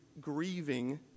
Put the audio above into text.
grieving